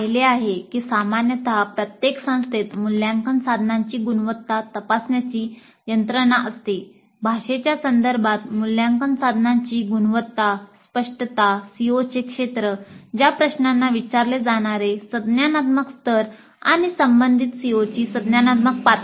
तसेच आम्ही पाहिले आहे की सामान्यत प्रत्येक संस्थेत मूल्यांकन साधनांची गुणवत्ता तपासण्याची यंत्रणा असते भाषेच्या संदर्भात मूल्यांकन साधनांची गुणवत्ता स्पष्टता COचे क्षेत्र ज्या प्रश्नांना विचारले जाणारे संज्ञानात्मक स्तर आणि संबंधित COची संज्ञानात्मक पातळी असते